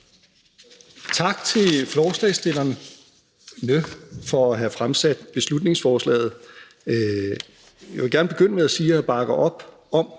Tak til forslagsstillerne for at have fremsat beslutningsforslaget. Jeg vil gerne begynde med at sige, at jeg bakker op om